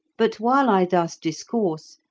but while i thus discourse,